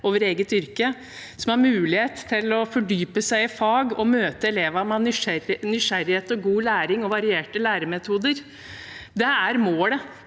over eget yrke, som har mulighet til å fordype seg i fag og møte elever med nysgjerrighet, god læring og varierte læremetoder. Det er målet